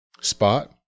spot